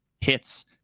hits